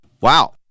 wow